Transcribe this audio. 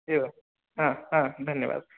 एवं ह ह धन्यवादः